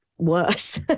Worse